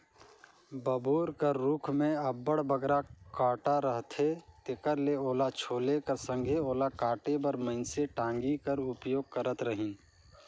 बबूर कर रूख मे अब्बड़ बगरा कटा रहथे तेकर ले ओला छोले कर संघे ओला काटे बर मइनसे टागी कर उपयोग करत रहिन